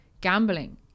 gambling